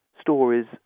stories